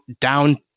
down